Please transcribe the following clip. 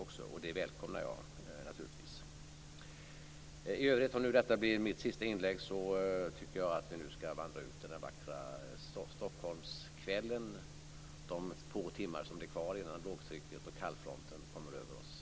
Jag välkomnar naturligtvis det. Detta blir nu mitt sista inlägg. Jag tycker att vi skall vandra ut i den vackra Stockholmskvällen, de få timmar som är kvar innan lågtrycket och kallfronten kommer över oss.